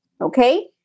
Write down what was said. okay